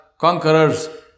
conquerors